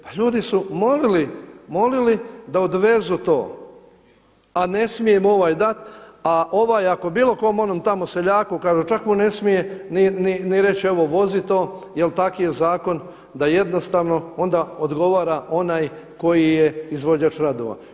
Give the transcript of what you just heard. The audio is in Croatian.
Pa ljudi su molili da odvezu to, a ne smije mu ovaj dati, a ovaj ako bilo kojem onom tamo seljaku, čak mu ne smije ni reći: evo vozi to, jer takav je zakon da jednostavno onda odgovara onaj koji je izvođač radova.